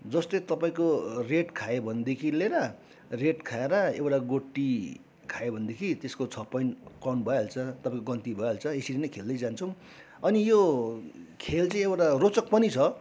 जस्तो तपाईँको रेड खायो भनेदेखि लिएर रेड खाएर एउटा गोटी खायो भनेदेखि त्यसको छ पोइन्ट कम भइहाल्छ तपाईँको गन्ती भइहाल्छ यसरी नै खेल्दै जान्छौँ अनि यो खेल चाहिँ एउटा रोचक पनि छ